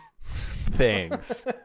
thanks